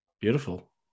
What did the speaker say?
Beautiful